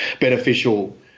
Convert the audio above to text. beneficial